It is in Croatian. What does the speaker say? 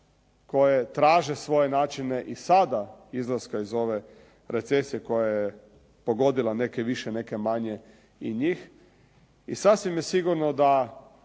koje traže svoje načine i sada izlaska iz ove recesije koja je pogodila neke više, neke manje i njih i sasvim je sigurno da